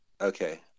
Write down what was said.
Okay